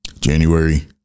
January